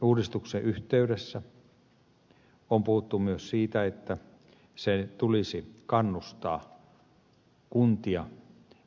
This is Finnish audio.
valtionosuusjärjestelmäuudistuksen yhteydessä on puhuttu myös siitä että sen tulisi kannustaa kuntia yhdistymään